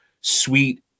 sweet